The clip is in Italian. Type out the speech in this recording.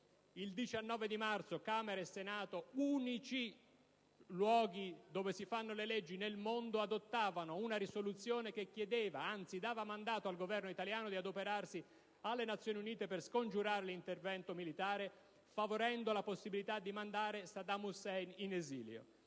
anno, marzo Camera e Senato, unici luoghi dove si fanno le leggi nel mondo, adottavano una risoluzione che dava mandato al Governo italiano di adoperarsi alle Nazioni Unite per scongiurare l'intervento militare, favorendo la possibilità di mandare Saddam Hussein in esilio.